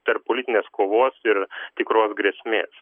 tarp politinės kovos ir tikros grėsmės